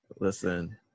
Listen